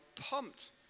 pumped